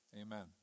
amen